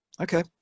okay